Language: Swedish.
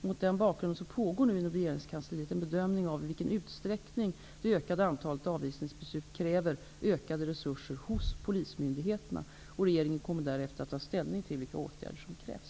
Mot denna bakgrund pågår nu inom regeringskansliet en bedömning av i vilken utsträckning det ökade antalet avvisningsbeslut kräver utökade resurser hos polismyndigheterna. Regeringen kommer därefter ta ställning till vilka åtgärder som krävs.